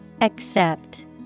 Accept